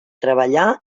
treballar